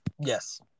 yes